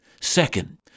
Second